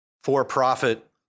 for-profit